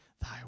thy